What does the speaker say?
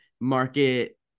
market